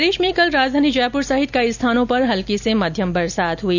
प्रदेश में कल राजधानी जयपुर सहित कई स्थानों पर हल्की से मध्यम बरसात हुई